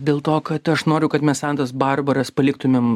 dėl to kad aš noriu kad mes santas barbaras paliktumėm